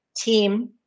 team